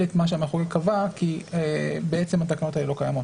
את מה שהמחוקק קבע כי התקנות האלה לא קיימות.